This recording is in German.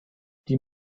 die